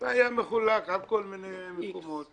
והיה מחולק על כל מיני מקומות,